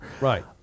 Right